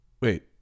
wait